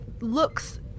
looks